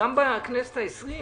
גם בכנסת ה-20.